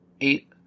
Eight